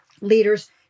leaders